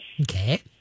Okay